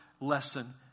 lesson